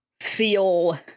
feel